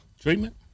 treatment